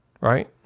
right